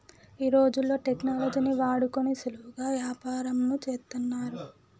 ఈ రోజుల్లో టెక్నాలజీని వాడుకొని సులువుగా యాపారంను చేత్తన్నారు